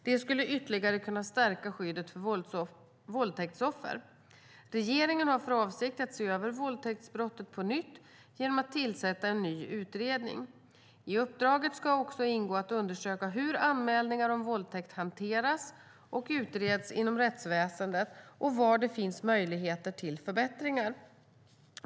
Det skulle ytterligare kunna stärka skyddet för våldtäktsoffer. Regeringen har för avsikt att se över våldtäktsbrottet på nytt genom att tillsätta en ny utredning. I uppdraget ska det också ingå att undersöka hur anmälningar om våldtäkt hanteras och utreds inom rättsväsendet och var det finns möjligheter till förbättringar.